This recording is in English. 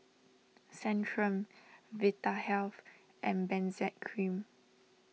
Centrum Vitahealth and Benzac Cream